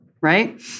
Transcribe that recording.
right